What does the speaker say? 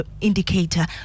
indicator